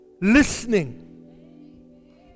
Listening